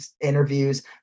interviews